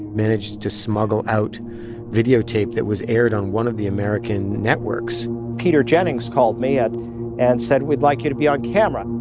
managed to smuggle out videotape that was aired on one of the american networks. peter jennings called me up and said, we'd like you to be on camera.